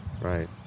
right